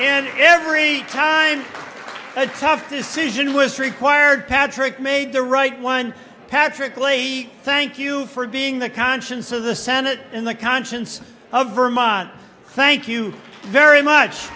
and every time a tough decision was required patrick made the right one patrick leahy thank you for being the conscience of the senate and the conscience of vermont thank you very much